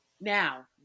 now